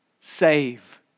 save